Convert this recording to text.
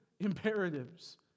Imperatives